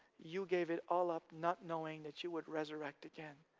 you gave it all up not knowing that you would resurrect again,